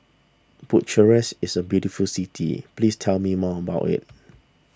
Bucharest is a very beautiful city please tell me more about it